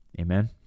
Amen